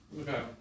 Okay